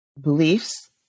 Beliefs